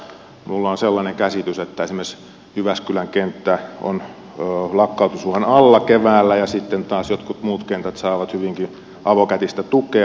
minulla on sellainen käsitys että esimerkiksi jyväskylän kenttä on lakkautusuhan alla keväällä ja sitten taas jotkut muut kentät saavat hyvinkin avokätistä tukea